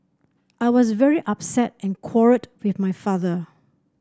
I was very upset and quarrelled with my father